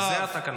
זה התקנון.